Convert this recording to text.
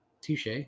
Touche